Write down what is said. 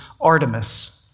Artemis